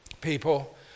people